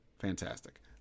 fantastic